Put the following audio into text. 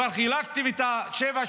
כבר חילקתם את ה-7,